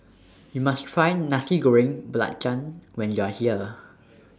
YOU must Try Nasi Goreng Belacan when YOU Are here